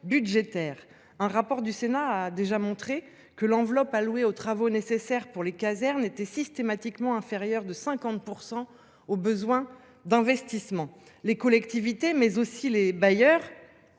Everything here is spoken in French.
budgétaire. Un rapport du Sénat a déjà montré que l’enveloppe allouée aux travaux nécessaires pour les casernes était systématiquement inférieure de 50 % aux besoins d’investissement. Les collectivités, mais aussi les bailleurs,